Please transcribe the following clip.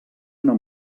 una